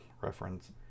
reference